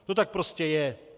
To tak prostě je.